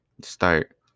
start